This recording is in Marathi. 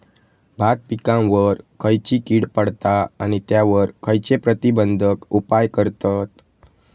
भात पिकांवर खैयची कीड पडता आणि त्यावर खैयचे प्रतिबंधक उपाय करतत?